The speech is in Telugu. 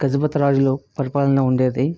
గజపతిరాజులు పరిపాలన ఉండేది